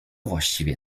właściwie